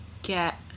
get